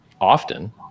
often